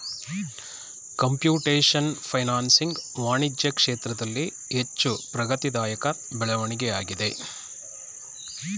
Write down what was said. computation financing ವಾಣಿಜ್ಯ ಕ್ಷೇತ್ರದಲ್ಲಿ ಹೆಚ್ಚು ಪ್ರಗತಿದಾಯಕ ಬೆಳವಣಿಗೆಯಾಗಿದೆ